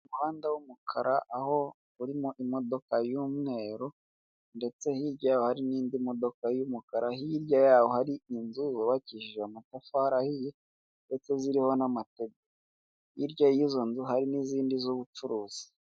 Umuhanda w'umukara aho urimo imodoka y'umweru, ndetse hirya hari n'indi modoka y'umukara hirya yaho hari inzu yubakishije amatafa arihiye ndetse ziriho n'amategura, hirya y'izo nzu hari n'izindi z'ubucuruzi.